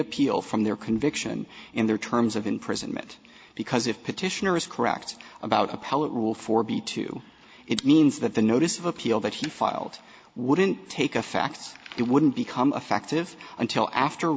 appeal from their conviction and their terms of imprisonment because if petitioner is correct about a power rule for b two it means that the notice of appeal that he filed wouldn't take a fact it wouldn't become effective until after